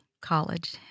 College